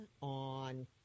on